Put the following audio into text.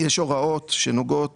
יש הוראות שנוגעות